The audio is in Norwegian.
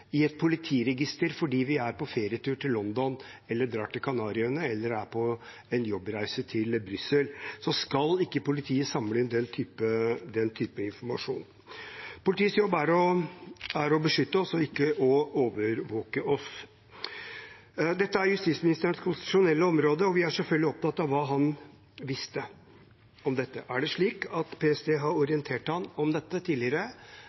i et politiregister fordi vi er på ferietur til London eller drar til Kanariøyene eller er på jobbreise til Brussel. Politiets jobb er å beskytte oss og ikke å overvåke oss. Dette er justisministerens konstitusjonelle område, og vi er selvfølgelig opptatt av hva han visste om det. Er det slik at PST har orientert ham om dette tidligere,